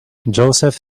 joseph